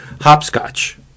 hopscotch